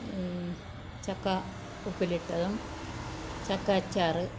ചക്ക ഉപ്പിലിട്ടതും ചക്ക അച്ചാർ